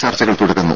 ചർച്ചകൾ തുടരുന്നു